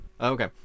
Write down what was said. okay